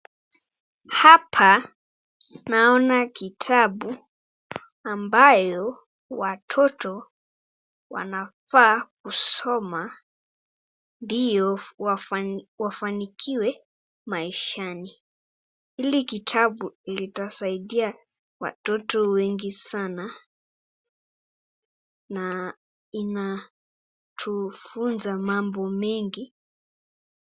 Hapa naona kitabu ambayo watoto wanafaa kusoma ndiyo wafanikiwe maishani. Hili kitabu litasaidia watoto wengi sana na inatufunza mambo mengi.